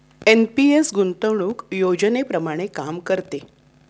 NPS गुंतवणूक योजनेप्रमाणे काम करते